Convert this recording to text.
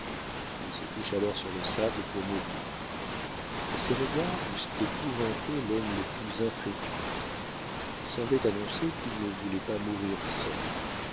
il se couche alors sur le sable pour mourir mais ses regards eussent épouvanté l'homme le plus intrépide il semblait annoncer qu'il ne voulait pas mourir seul